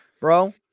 bro